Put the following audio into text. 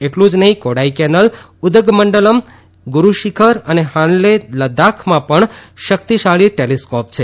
એટલું જ નહીં કોડાઈકેનાલ ઉદગમંડલમ ગુરૂશિખર અને હાન્લે લદ્દાખમાં પણ શક્તિશાળી ટૅલિસ્ક્રોપ છે